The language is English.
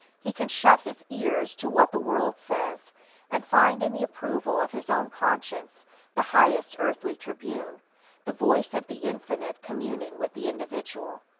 he can shut his ears to what the world says and find in the approval of his own conscience the highest earthly tribune the voice of the infinite communing with the individual.